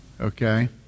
Okay